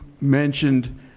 mentioned